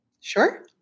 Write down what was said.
Sure